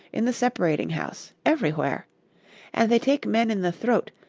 in the separating-house, everywhere and they take men in the throat,